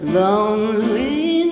lonely